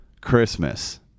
Christmas